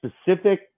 specific